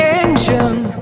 engine